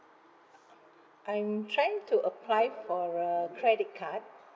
I'm trying to apply for a credit card